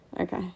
Okay